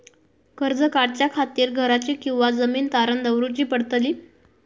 कर्ज काढच्या खातीर घराची किंवा जमीन तारण दवरूची पडतली?